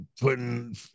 putting